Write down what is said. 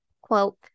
quote